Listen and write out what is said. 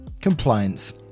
Compliance